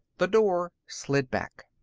the door slid back.